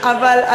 אבל,